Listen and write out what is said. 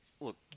look